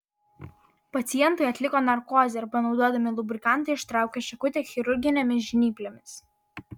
pacientui atliko narkozę ir panaudodami lubrikantą ištraukė šakutę chirurginėmis žnyplėmis